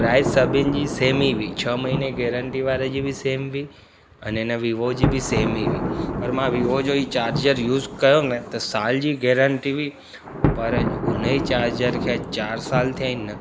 prize सभिनि जी same ई हुई छह महीने गैरेंटी वारे जी बि सेम हुई अने इन वीवो जी बि सेम ई हुई पर मां वीवो जो ई चार्जर यूस कयो न त साल जी गैरेंटी हुई पर हुन ई चार्जर खे अॼु चारि साल थिया आहिनि न